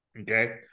okay